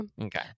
Okay